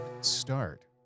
start